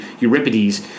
Euripides